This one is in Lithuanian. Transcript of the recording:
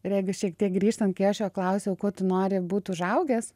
regis šiek tiek grįžtant kai aš jo klausiau kuo tu nori būt užaugęs